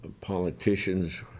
politicians